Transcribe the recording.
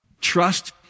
Trust